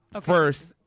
first